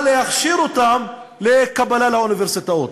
להכשיר אותם לקבלה לאוניברסיטאות.